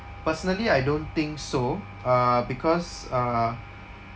personally I don't think so uh because uh